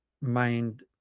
mind